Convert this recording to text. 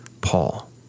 Paul